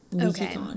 Okay